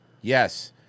Yes